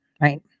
Right